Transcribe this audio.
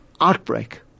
outbreak